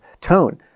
tone